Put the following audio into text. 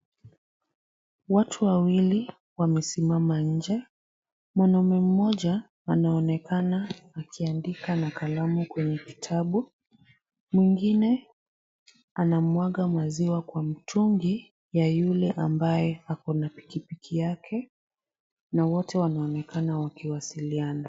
Watu wawili wamesimama nje. Mwanamume mmoja anaonekana akiandika na kalamu kwenye kitabu, mwingine anamwaga maziwa kwa mtungi wa yule ambaye ako na pikipiki yake na wote wameonekana wakiwasiliana.